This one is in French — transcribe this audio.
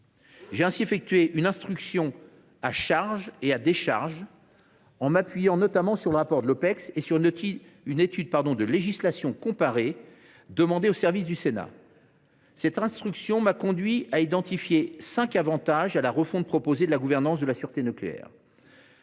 J’ai ainsi effectué une instruction à charge et à décharge, en m’appuyant notamment sur le rapport de l’Opecst et sur une étude de législation comparée demandée aux services du Sénat. Cette instruction m’a conduit à identifier cinq avantages de la refonte proposée de la gouvernance de la sûreté nucléaire.